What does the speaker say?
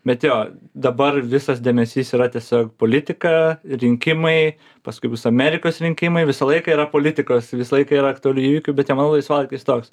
bet jo dabar visas dėmesys yra tiesiog politika rinkimai paskui bus amerikos rinkimai visą laiką yra politikos visą laiką ir aktualių įvykių bet laisvalaikis toks